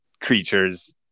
creatures